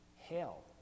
hell